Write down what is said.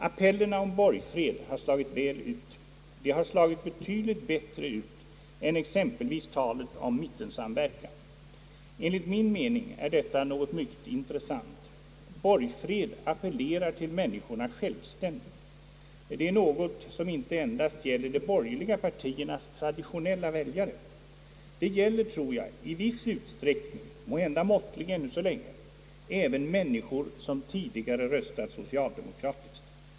Appellerna om borgfred har slagit väl ut, betydligt bättre än exempelvis talet om mittensamverkan. Enligt min mening är detta något mycket intressant. Borgfred appellerar till människorna självständigt. Det är något som inte endast gäller de borgerliga partiernas traditionella väljare. Det gäller, tror jag, i viss utsträckning — måhända måttligt ännu så länge även människor som tidigare röstat socialdemokratiskt.